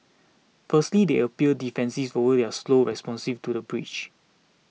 firstly they appeared defensive over their slow responsive to the breach